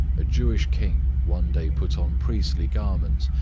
a jewish king one day put on priestly garments,